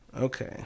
Okay